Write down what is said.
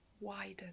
widen